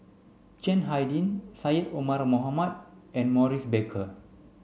Chiang Hai Ding Syed Omar Mohamed and Maurice Baker